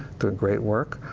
do great work.